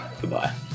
Goodbye